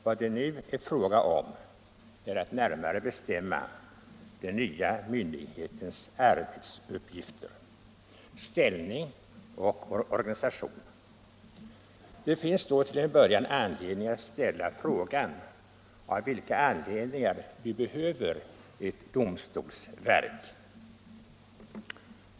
Vad det nu är fråga om är att närmare bestämma den nya myndighetens arbetsuppgifter, ställning och organisation. Det finns då till en början skäl att ställa frågan av vilka anledningar vi behöver ett domstolsverk.